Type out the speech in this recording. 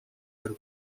aro